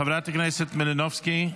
חברת הכנסת מלינובסקי,